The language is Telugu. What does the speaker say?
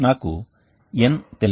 నాకు N తెలుసు